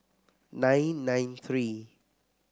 nine nine three